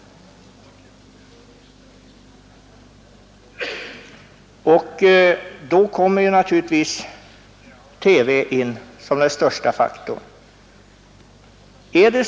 Då kommer naturligtvis TV in som den största faktorn.